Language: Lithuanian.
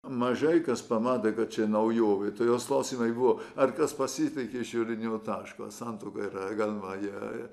mažai kas pamatė kad čia naujovė ta jos klausė jinai buvo ar kas pasikeitė iš juridinio taško santuoka yra galima ją